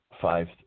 five –